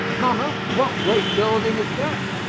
mamma, what great building is that?